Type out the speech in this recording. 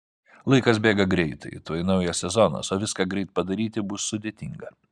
laikas bėga greitai tuoj naujas sezonas o viską greit padaryti bus sudėtinga